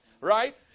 Right